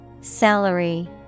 Salary